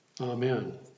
Amen